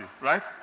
right